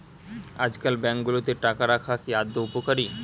আজকাল ব্যাঙ্কগুলোতে টাকা রাখা কি আদৌ উপকারী?